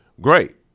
great